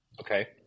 Okay